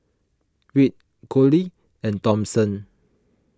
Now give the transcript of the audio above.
Wirt Collie and Thompson